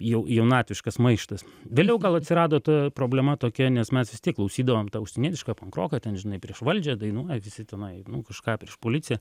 jau jaunatviškas maištas vėliau gal atsirado ta problema tokia nes mes vis tiek klausydavom tą užsienietišką pankroką ten žinai prieš valdžią dainuoja visi tenai nu kažką prieš policiją